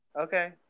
Okay